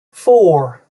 four